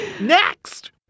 next